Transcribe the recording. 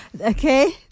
Okay